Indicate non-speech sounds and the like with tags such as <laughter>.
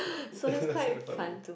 <laughs> that's quite funny